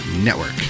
network